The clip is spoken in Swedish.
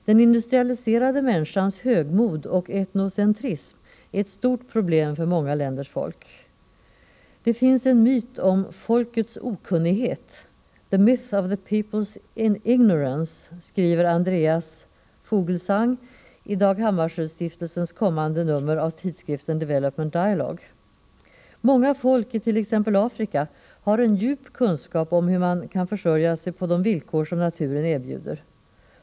Den industrialiserade människans högmod och etnocentrism är ett stort problem för många länders folk. Det finns en myt om ”folkets okunnighet” — The Myth of the People's Ignorance”, skriver Andreas Fugelsang i Dag Hammarskjöld-stiftelsens kommande nummer av tidskriften Developement Dialogue. Många folk it.ex. Afrika har en djup kunskap om hur man kan försörja sig på de villkor som naturen erbjuder.